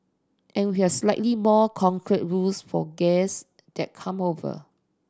and we have slightly more concrete rules for guest that come over